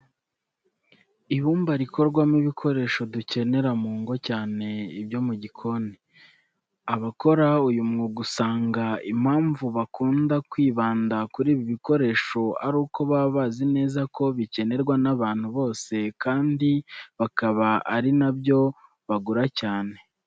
Ibumba rikorwamo ibikoresho dukenera mu ngo cyane ibyo mu gikoni. Abakora uyu mwuga usanga impamvu bakunda kwibanda kuri ibi bikoresho ari uko baba bazi neza ko bikenerwa n'abantu bose kandi bakaba ari na byo bagura cyane.